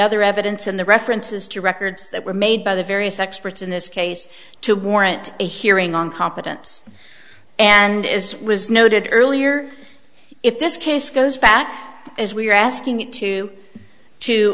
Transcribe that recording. other evidence and the references to records that were made by the various experts in this case to warrant a hearing on competence and as was noted earlier if this case goes back as we're asking you to to